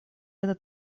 этот